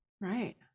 Right